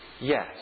Yes